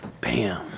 Bam